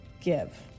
Give